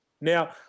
Now